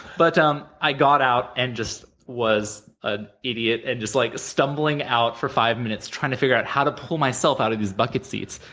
but um i got out and just was an ah idiot and just like stumbling out for five minutes trying to figure out how to pull myself out of these bucket seats,